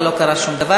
ולא קרה שום דבר.